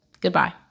goodbye